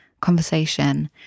conversation